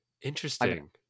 Interesting